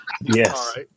Yes